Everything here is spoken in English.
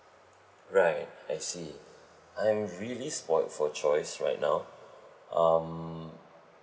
right I see I'm really spoiled for choice right now um